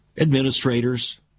Administrators